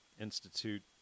Institute